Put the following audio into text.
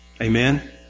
Amen